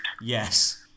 Yes